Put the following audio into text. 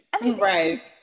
Right